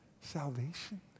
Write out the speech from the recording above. salvation